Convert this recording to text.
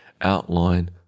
outline